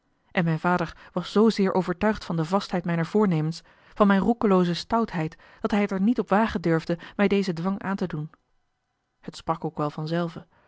en mijn vader was zoozeer overtuigd van de vastheid mijner voornemens van mijne roekelooze stoutheid dat hij het er niet op wagen durfde mij dezen dwang aan te doen het sprak ook wel vanzelve